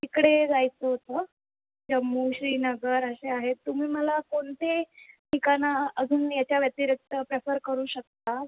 तिकडे जायचं होतं जम्मू श्रीनगर असे आहेत तुम्ही मला कोणते ठिकाणं अजून याच्या व्यतिरिक्त प्रेफर करू शकतात